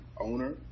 owner